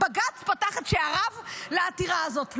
בג"ץ פתח את שעריו לעתירה הזו.